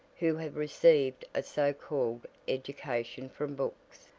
who have received a so-called education from books,